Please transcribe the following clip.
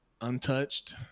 untouched